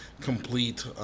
complete